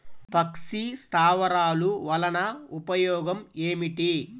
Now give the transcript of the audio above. పక్షి స్థావరాలు వలన ఉపయోగం ఏమిటి?